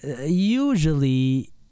Usually